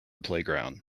playground